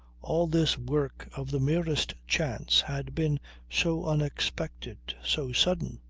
all this work of the merest chance had been so unexpected, so sudden.